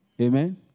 Amen